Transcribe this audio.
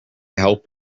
help